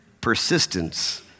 Persistence